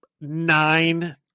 nine